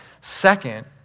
Second